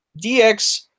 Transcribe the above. DX